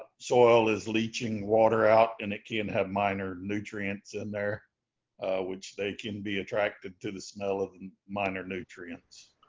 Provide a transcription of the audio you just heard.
soil is leaching water out and it can have minor nutrients in there which, they can be attracted to the smell of and minor nutrients.